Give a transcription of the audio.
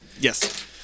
Yes